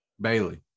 Bailey